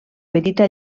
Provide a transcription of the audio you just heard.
petita